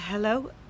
Hello